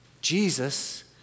Jesus